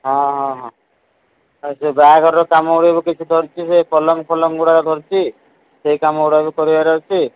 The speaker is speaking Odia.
ହଁ ହଁ ହଁ ସେ ବାହାଘର କାମ ଗୁଡ଼ିକ ବି କିଛି ଧରିଛି ସେ ପଲଙ୍କ ଫଲଙ୍କ ଗୁଡ଼ାକ ଧରିଛି ସେଇ କାମ ଗୁଡ଼ା ବି କରିବାର ଅଛି